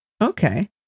Okay